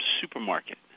Supermarket